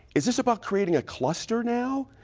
is this about creating a cluster now?